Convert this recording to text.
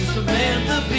Samantha